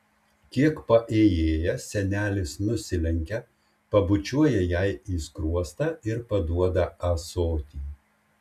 kiek paėjėjęs senelis nusilenkia pabučiuoja jai į skruostą ir paduoda ąsotį